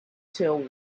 till